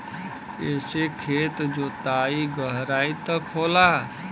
एसे खेत के जोताई गहराई तक होला